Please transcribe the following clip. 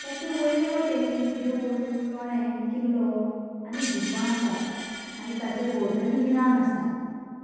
ताचे वयले वटेन देवूळ तोणें किल्लो आनी गुफां आसात आनी ताचें भोंवतणी रान आसा